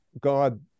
God